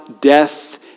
death